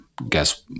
guess